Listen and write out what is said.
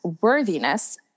worthiness